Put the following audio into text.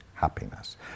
happiness